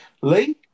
Lee